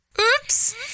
Oops